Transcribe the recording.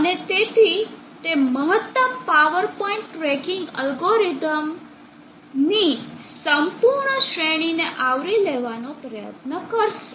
અને તેથી તે મહત્તમ પાવર પોઇન્ટ ટ્રેકિંગ એલ્ગોરિધમ્સની સંપૂર્ણ શ્રેણીને આવરી લેવાનો પ્રયત્ન કરશે